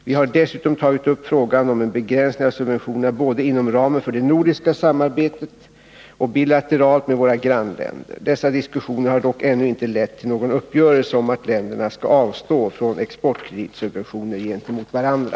Vi har dessutom tagit upp frågan om en begränsning av subventionerna både inom ramen för det nordiska samarbetet och bilateralt med våra grannländer. Dessa diskussioner har dock ännu inte lett till någon uppgörelse om att länderna skall avstå från exportkreditsubventioner gentemot varandra.